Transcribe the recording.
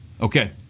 Okay